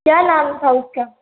क्या नाम था उसका